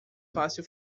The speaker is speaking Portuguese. fácil